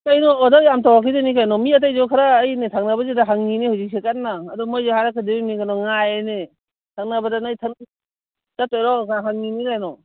ꯀꯩꯅꯣ ꯑꯣꯗꯔ ꯌꯥꯝ ꯇꯧꯔꯛꯈꯤꯗꯣꯏꯅꯤ ꯀꯩꯅꯣ ꯃꯤ ꯑꯇꯩꯁꯨ ꯈꯔ ꯑꯩꯅ ꯊꯪꯅꯕꯗꯨꯗ ꯍꯪꯂꯤꯅꯤ ꯍꯧꯖꯤꯛꯁꯨ ꯀꯟꯅ ꯑꯗꯨ ꯃꯈꯣꯏꯁꯨ ꯍꯥꯏꯔꯛꯀꯗꯣꯔꯤꯅꯤ ꯀꯩꯅꯣ ꯉꯥꯏꯔꯤꯅꯤ ꯊꯪꯅꯕꯗ ꯅꯣꯏ ꯆꯠꯇꯣꯏꯔꯣ ꯀꯥꯏꯅ ꯍꯪꯂꯤꯅꯤ ꯀꯩꯅꯣ